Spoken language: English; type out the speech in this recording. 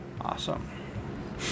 Awesome